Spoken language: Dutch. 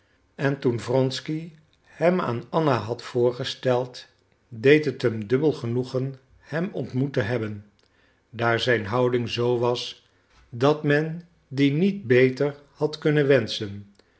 en toen wronsky hem aan anna had voorgesteld deed het hem dubbel genoegen hem ontmoet te hebben daar zijn houding zoo was dat men die niet beter had kunnen wenschen